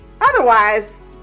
otherwise